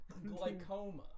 Glycoma